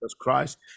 Christ